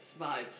vibes